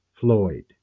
Floyd